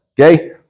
okay